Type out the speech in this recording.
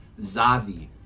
Zavi